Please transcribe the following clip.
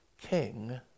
king